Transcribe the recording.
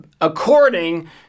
according